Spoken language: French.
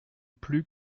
plus